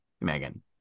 megan